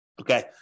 Okay